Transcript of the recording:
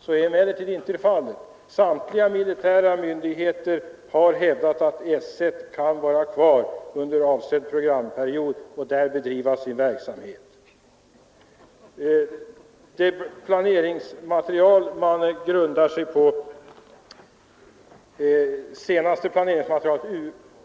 Så är emellertid inte fallet. Samtliga militära myndigheter har hävdat att S I kan vara kvar under avsedd programperiod och där bedriva sin verksamhet. Det senaste planeringsmaterial som man grundar sin uppfattning på,